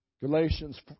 Galatians